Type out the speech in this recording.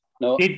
no